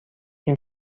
این